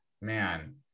man